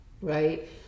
right